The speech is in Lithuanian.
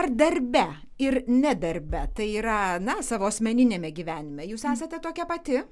ar darbe ir ne darbe tai yra na savo asmeniniame gyvenime jūs esate tokia pati